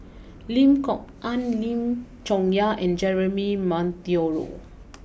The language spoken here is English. Lim Kok Ann Lim Chong Yah and Jeremy Monteiro